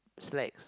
slacks